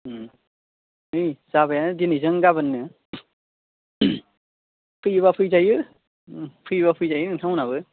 नै जाबायानो दिनैजों गाबोननो फैयोब्ला फैजायो फैयोब्ला फैजायो नोंथांमोनाबो